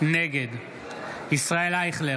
נגד ישראל אייכלר,